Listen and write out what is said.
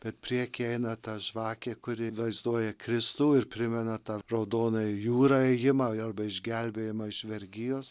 bet priekyje eina ta žvakė kuri vaizduoja kristų ir primena tą raudoną jūrą ėjimą arba išgelbėjimą iš vergijos